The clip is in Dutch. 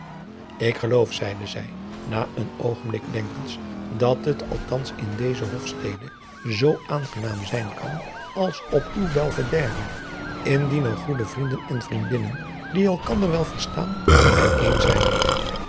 ik geloof zeide zij na adriaan loosjes pzn het leven van hillegonda buisman een oogenblik bedenkens dat het althans in deze hofstede zoo aangenaam zijn kan als op uw belvedere indien er goede vrienden en vriendinnen die elkander wel verstaan